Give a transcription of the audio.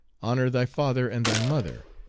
honor thy father and thy mother,